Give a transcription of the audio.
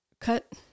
Cut